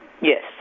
Yes